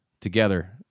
together